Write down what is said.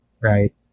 right